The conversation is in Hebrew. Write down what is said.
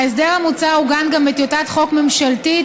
ההסדר המוצע עוגן גם בטיוטת חוק ממשלתית,